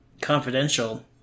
Confidential